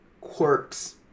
quirks